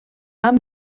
han